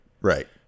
Right